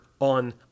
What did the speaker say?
on